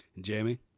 jamie